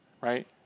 right